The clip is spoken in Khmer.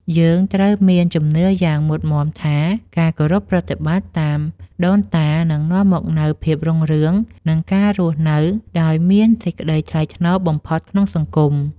យើងត្រូវមានជំនឿយ៉ាងមុតមាំថា ការគោរពប្រតិបត្តិតាមដូនតានឹងនាំមកនូវភាពរុងរឿង និងការរស់នៅដោយមានសេចក្តីថ្លៃថ្នូរបំផុតក្នុងសង្គម។